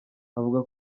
avuga